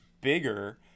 bigger